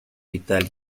italia